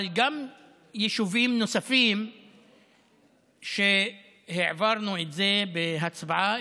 אבל גם יישובים נוספים שהעברנו אותם בהצבעה,